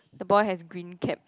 the boy has green cap